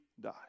die